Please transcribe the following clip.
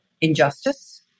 injustice